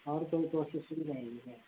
और कोई कोर्सेस मिल जाएगी क्या